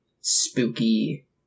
spooky